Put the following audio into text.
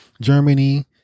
Germany